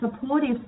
supportive